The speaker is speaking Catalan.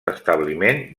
establiment